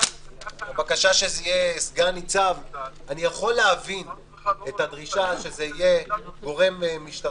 אולי באמצעות זה נוכל להגיע להבנות הסגירה יכולה להגיע רק אחרי מספר